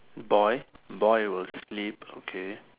boy boy will sleep okay